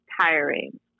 tiring